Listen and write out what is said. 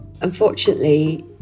Unfortunately